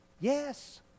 Yes